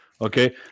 okay